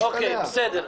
בסדר.